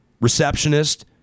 receptionist